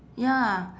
ya